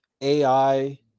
AI